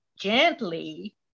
gently